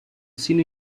sino